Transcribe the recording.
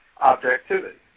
objectivity